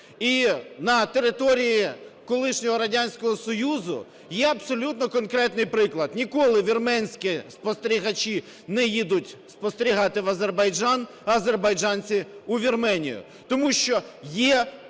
І на території колишнього Радянського Союзу є абсолютно конкретний приклад. Ніколи вірменські спостерігачі не їдуть спостерігати в Азербайджан, а азербайджанці - у Вірменію, тому що є конфлікт